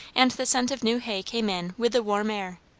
and the scent of new hay came in with the warm air.